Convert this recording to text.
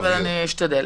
אשתדל.